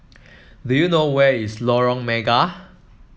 do you know where is Lorong Mega